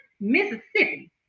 Mississippi